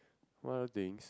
one other things